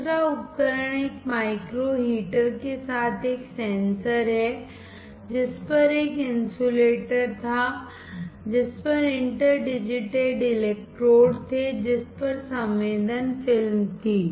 दूसरा उपकरण एक माइक्रो हीटरके साथ एक सेंसर है जिस पर एक इन्सुलेटर था जिस पर इंटर डिजिटेड इलेक्ट्रोड थे जिस पर संवेदन फिल्म थी